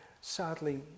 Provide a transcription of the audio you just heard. sadly